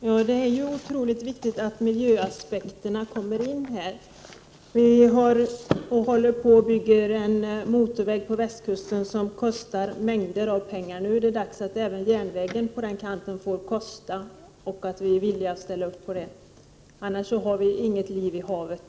Herr talman! Det är otroligt viktigt att miljöaspekterna kommer in här. Vi håller på att bygga en motorväg på västkusten som kostar mängder av pengar. Nu är det dags att även järnvägen på den kanten får kosta och att vi är villiga att ställa upp på det. Annars har vi snart inget liv i havet.